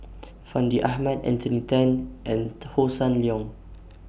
Fandi Ahmad Anthony Then and Hossan Leong